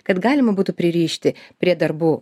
kad galima būtų pririšti prie darbų